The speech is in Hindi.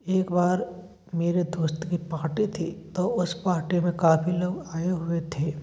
एक बार मेरे दोस्त की पार्टी थी तो उस पार्टी में काफ़ी लोग आए हुए थे